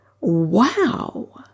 Wow